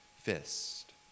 fist